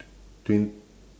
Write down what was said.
twen~